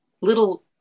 little